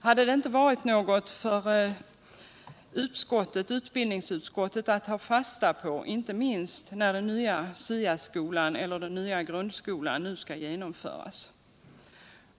Hade det inte varit något för utbildningsutskottet alt ta fasta på, inte minst när den nya grundskolan nu skall genomföras?